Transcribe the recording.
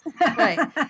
Right